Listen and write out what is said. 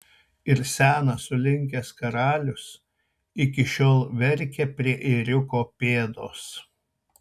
ir senas sulinkęs karalius iki šiol verkia prie ėriuko pėdos